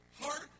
heart